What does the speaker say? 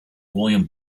william